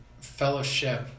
fellowship